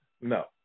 No